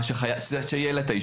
הקבועה שיהיה לה את האישור.